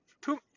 Two